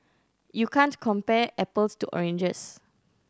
you can't compare apples to oranges